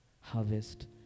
harvest